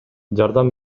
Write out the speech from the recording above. жардам